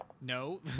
no